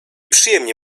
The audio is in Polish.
przyjemnie